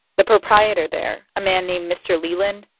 the proprietor there, a man named mr. leland,